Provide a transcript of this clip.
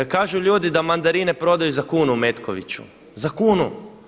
Kažu ljudi da mandarine prodaju za kunu u Metkoviću, za kunu.